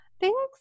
thanks